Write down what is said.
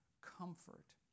Comfort